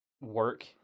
work